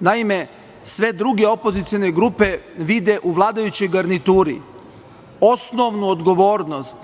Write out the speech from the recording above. Naime, sve druge opozicione grupe vide u vladajućoj garnituri osnovnu odgovornost